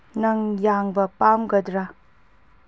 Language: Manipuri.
ꯅꯪ ꯌꯥꯡꯕ ꯄꯥꯝꯒꯗ꯭ꯔꯥ